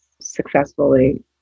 successfully